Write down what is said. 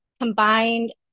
combined